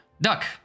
Duck